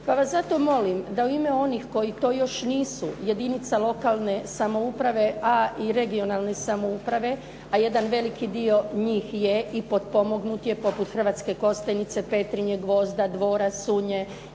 pa vas zato molim da u ime onih koji to još nisu jedinice lokalne samouprave a i regionalne samouprave a jedan veliki dio njih je i potpomognut poput Hrvatske Kostajnice, Petrinje, Gvozda, Dvora, Sunje,